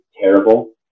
terrible